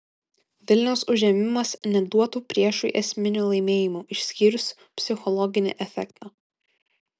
vilniaus užėmimas neduotų priešui esminių laimėjimų išskyrus psichologinį efektą